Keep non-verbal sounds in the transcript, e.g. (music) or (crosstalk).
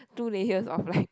two layers of like (breath)